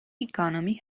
economy